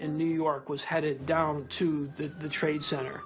in new york was headed down to the trade center